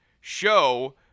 show